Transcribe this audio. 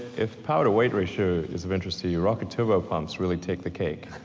if power to weight ratio is of interest to you, rocket turbo pumps really take the cake.